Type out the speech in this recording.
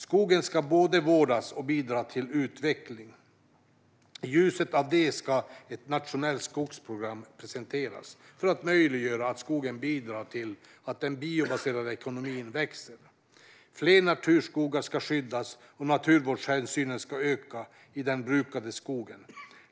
Skogen ska både vårdas och bidra till utveckling. I ljuset av det ska ett nationellt skogsprogram presenteras för att möjliggöra att skogen bidrar till att den biobaserade ekonomin växer. Fler naturskogar ska skyddas, och naturvårdshänsynen ska öka i den brukade skogen.